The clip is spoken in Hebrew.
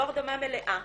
לא הרדמה מלאה.